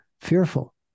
fearful